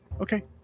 Okay